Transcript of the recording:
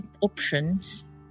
options